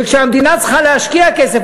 וכשהמדינה צריכה להשקיע כסף,